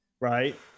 right